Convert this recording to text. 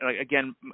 again